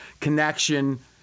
connection